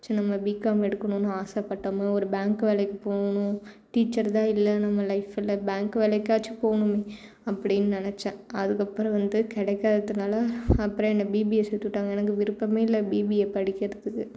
ச்சி நம்ம பிகாம் எடுக்கணும்னு ஆசைப்பட்டோமே ஒரு பேங்க் வேலைக்கு போகணும் டீச்சர் தான் இல்லை நம்ம லைஃப்பில் பேங்க் வேலைக்காச்சும் போகணுமே அப்படின்னு நெனைச்சேன் அதுக்கப்புறம் வந்து கிடைக்காததுனால அப்புறம் என்னை பிபிஏ சேர்த்து விட்டாங்க எனக்கு விருப்பம் இல்லை பிபிஏ படிக்கிறதுக்கு